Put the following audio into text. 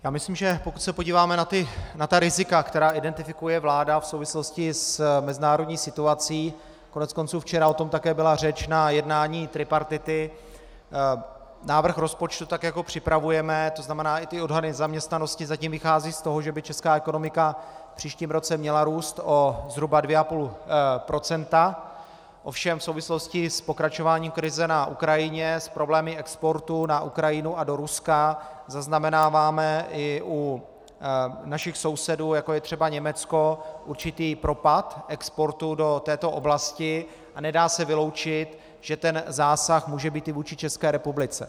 Já myslím, že pokud se podíváme na ta rizika, která identifikuje vláda v souvislosti s mezinárodní situací, koneckonců včera o tom také byla řeč na jednání tripartity, návrh rozpočtu tak, jak ho připravujeme, to znamená, i ty odhady nezaměstnanosti zatím vychází z toho, že by česká ekonomika v příštím roce měla růst o zhruba 2,5 %, ovšem v souvislosti s pokračováním krize na Ukrajině, s problémy exportu na Ukrajinu a do Ruska zaznamenáváme i u našich sousedů, jako je třeba Německo, určitý propad exportu do této oblasti, a nedá se vyloučit, že ten zásah může být i vůči České republice.